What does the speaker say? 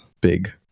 big